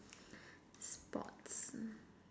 sports